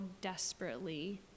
desperately